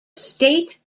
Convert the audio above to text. state